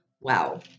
Wow